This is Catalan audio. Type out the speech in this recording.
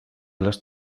les